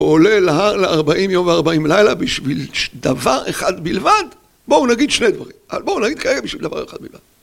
הוא עולה להר לארבעים יום וארבעים לילה בשביל דבר אחד בלבד, בואו נגיד שני דברים, אז בואו נגיד כרגע בשביל דבר אחד בלבד